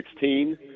2016